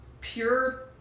pure